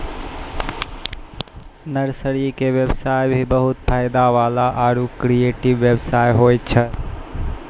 nursery के व्यवसाय भी बहुत फायदा वाला आरो क्रियेटिव व्यवसाय होय छै